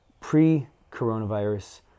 pre-coronavirus